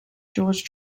george